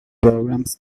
programs